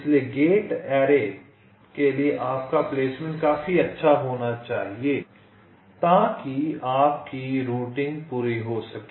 इसलिए gate array के लिए आपका प्लेसमेंट काफी अच्छा होना चाहिए ताकि आपकी रूटिंग पूरी हो सके